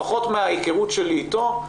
לפחות מההיכרות שלי איתו,